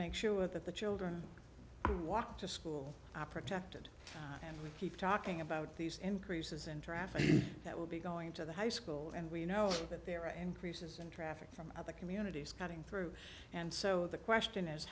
make sure that the children walk to school opera tempted and we keep talking about these increases in traffic that will be going to the high school and we know that there are increases in traffic from other communities cutting through and so the question is